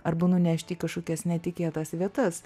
arba nunešti į kažkokias netikėtas vietas